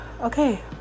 okay